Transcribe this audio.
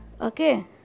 Okay